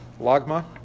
lagma